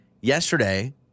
yesterday